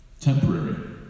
Temporary